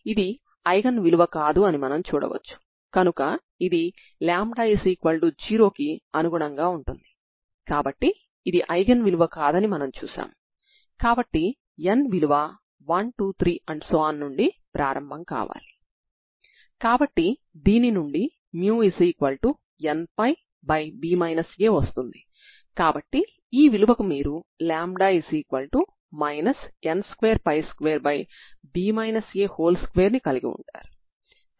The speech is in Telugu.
కాబట్టి ఇది ఎప్పుడూ పాజిటివ్ గా ఉంటుంది అంటే c10 అవుతుంది c10 అయితే c1c2 కాబట్టి c2 కూడా 0 అవుతుంది